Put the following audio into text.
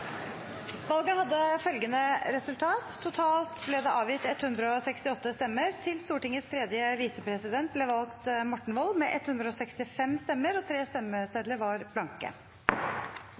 Valget hadde dette resultat: Det ble avgitt totalt 168 stemmer. Til Stortingets tredje visepresident ble valgt Morten Wold med 165 stemmer. 3 stemmesedler var blanke.